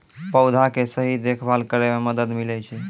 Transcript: पौधा के सही देखभाल करै म मदद मिलै छै